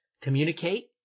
communicate